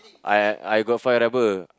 I I got five rubber